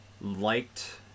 liked